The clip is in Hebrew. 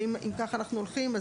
אם לכך אנחנו הולכים,